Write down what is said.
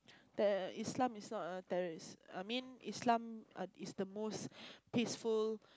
that Islam is not a terrorist I mean Islam uh is the most peaceful